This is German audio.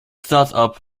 startup